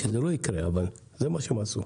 מקווה שזה לא יקרה, אבל זה מה שהם עשו.